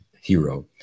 hero